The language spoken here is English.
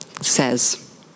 says